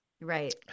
Right